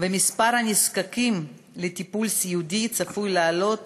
ומספר הנזקקים לטיפול סיעודי צפוי לעלות